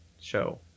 show